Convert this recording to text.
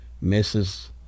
misses